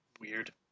Weird